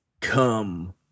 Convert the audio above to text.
Come